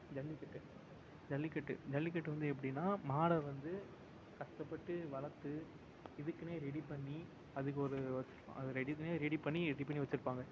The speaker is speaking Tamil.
ஜல்லிக்கட்டு ஜல்லிக்கட்டு ஜல்லிக்கட்டு வந்து எப்படின்னா மாடை வந்து கஷ்டப்பட்டு வளர்த்து இதுக்குன்னே ரெடி பண்ணி அதுக்கு ஒரு அது ரெடி பண்ணி ரெடி பண்ணி ரெடி பண்ணி வச்சுருப்பாங்க